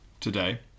today